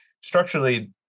structurally